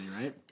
right